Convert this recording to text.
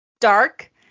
dark